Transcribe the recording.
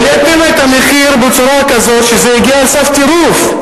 העליתם את המחיר בצורה כזאת שזה הגיע אל סף טירוף.